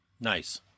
Nice